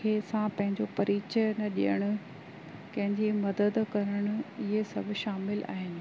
कंहिंसां पंहिंजो परिचय न ॾियणु कंहिंजी मदद करणु इहे सभु शामिलु आहिनि